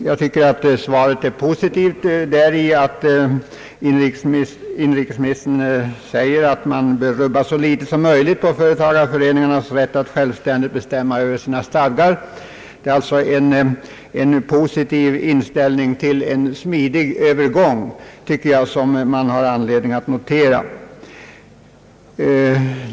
Jag tycker att svaret är positivt däri att inrikesministern säger, att »man bör rubba så litet som möjligt på företagareföreningarnas rätt att självständigt bestämma över sina stadgar». Det är alltså en positiv inställning till en smidig övergång, tycker jag, som man har anledning att notera.